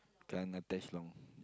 can't attach long